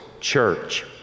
church